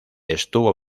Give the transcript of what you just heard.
estuvo